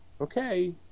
Okay